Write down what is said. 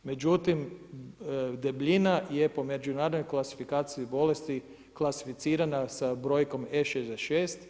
Međutim debljina je po međunarodnoj klasifikaciji bolesti klasificirana sa brojkom E66.